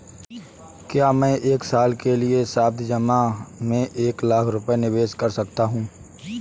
क्या मैं एक साल के लिए सावधि जमा में एक लाख रुपये निवेश कर सकता हूँ?